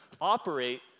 operate